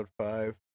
five